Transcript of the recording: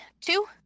Two